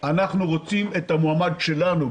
אנחנו רוצים את המועמד שלנו.